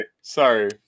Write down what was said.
sorry